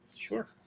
sure